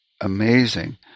amazing